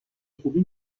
خوبی